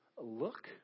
look